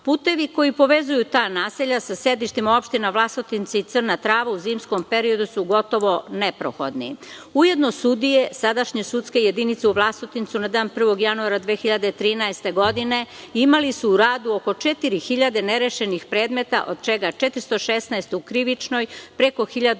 Putevi koji povezuju ta naselja sa sedištima u opštinama Vlasotince i Crna Trava u zimskom periodu su gotovo neprohodni. Ujedno, sudije sadašnje sudske jedinice u Vlasotincu, na dan 1. januara 2013. godine, imali su u radu oko 4.000 nerešenih predmeta, od čega 416 u krivičnoj, preko 1.000 u